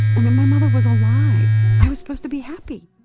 i mean my mother was alive, i was supposed to be happy,